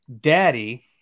daddy